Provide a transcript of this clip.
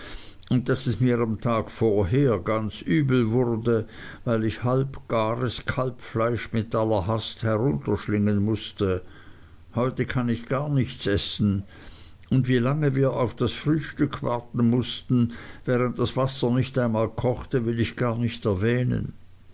und daß es mir am tag vorher ganz übel wurde weil ich halbgares kalbfleisch mit aller hast herunterschlingen mußte heute kann ich gar nichts essen und wie lange wir auf das frühstück warten mußten während das wasser nicht einmal kochte will ich gar nicht erwähnen